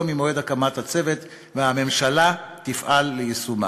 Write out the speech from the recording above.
ממועד הקמת הצוות והממשלה תפעל ליישומן".